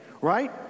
right